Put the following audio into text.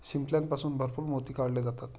शिंपल्यापासून भरपूर मोती काढले जातात